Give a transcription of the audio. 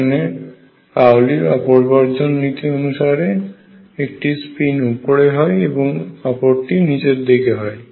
যেখানে পাওলির অপবর্জন নীতিPauli's exclusion principle অনুসারে একটির স্পিন উপরে হয় এবং অপরটির নিচের দিকে হয়